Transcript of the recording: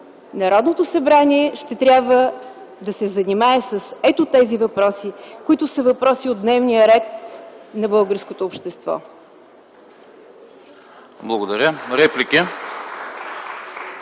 Народното събрание ще трябва да се занимае с ето тези въпроси, които са въпроси от дневния ред на българското общество. (Ръкопляскания